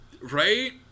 Right